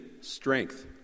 Strength